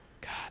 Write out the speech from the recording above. god